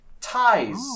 ties